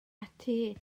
ati